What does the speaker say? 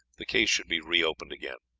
the case should be reopened again.